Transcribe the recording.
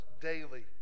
daily